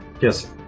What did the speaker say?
yes